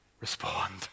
respond